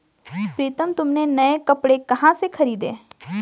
प्रितम तुमने नए कपड़े कहां से खरीदें?